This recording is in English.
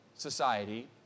Society